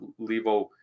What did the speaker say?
Levo